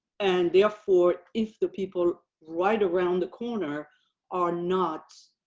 and therefore, if the people right around the corner are not